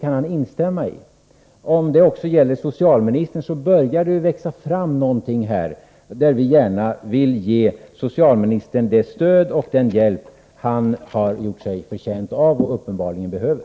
Om detta förhållande också gäller socialministern börjar det ju växa fram någonting, där vi gärna vill ge socialministern det stöd och den hjälp han har gjort sig förtjänt av och uppenbarligen behöver.